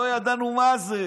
לא ידענו מה זה.